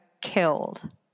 killed